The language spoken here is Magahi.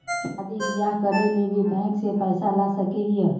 शादी बियाह करे ले भी बैंक से पैसा ला सके हिये?